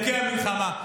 לחוקי המלחמה.